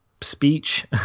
speech